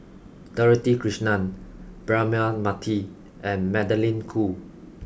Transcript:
Dorothy Krishnan Braema Mathi and Magdalene Khoo